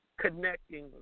connecting